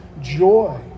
joy